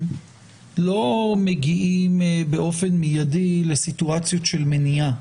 לא מגיעים באופן מידי לסיטואציות של מניעה.